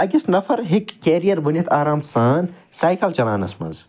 أکِس نَفر ہیٚکہِ کیریر بٔنِتھ آرام سان سایکَل چَلاونَس مَنٛز